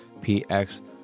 PX